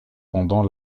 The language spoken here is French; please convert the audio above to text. pendant